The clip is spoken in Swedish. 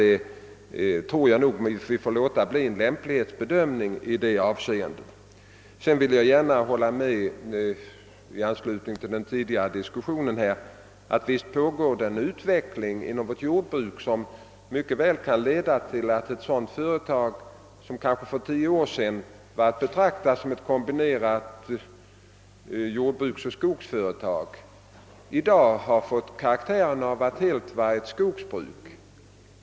Vi måste i detta avseende göra en lämplighetsbedömning. I anslutning till den tidigare diskussionen vill jag gärna hålla med om att det pågår en utveckling inom vårt jordbruk som mycket väl kan leda till att ett företag, som kanske för tio år sedan var att betrakta som ett kombinerat jordbruksoch skogsbruksföretag, i dag har fått karaktären av cnbart skogsbruk.